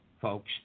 Folks